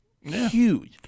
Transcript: Huge